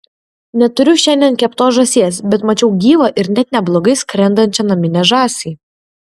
neturiu šiandien keptos žąsies bet mačiau gyvą ir net neblogai skrendančią naminę žąsį